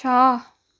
छ